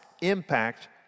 impact